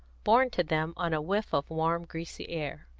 borne to them on a whiff of warm, greasy air.